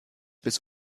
bis